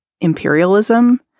imperialism